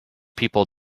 people